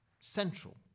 central